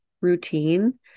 routine